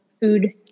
food